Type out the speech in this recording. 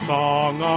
song